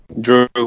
Drew